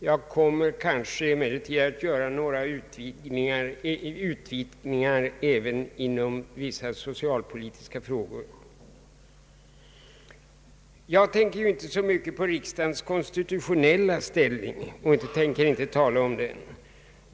Jag kommer emellertid kanske att göra några utvikningar även till vissa socialpolitiska frågor. Jag tänker inte så mycket på riksdagens konstitutionella ställning, och jag tänker inte tala om den.